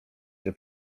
się